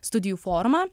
studijų forma